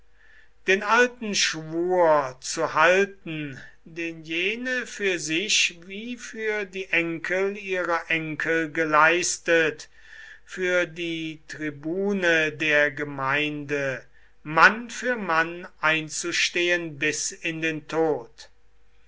den alten schwur zu halten den jene für sich wie für die enkel ihrer enkel geleistet für die tribune der gemeinde mann für mann einzustehen bis in den tod